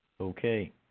Okay